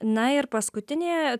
na ir paskutinė